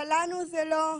אבל לנו זה לא מפורסם.